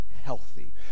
healthy